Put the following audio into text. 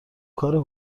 کار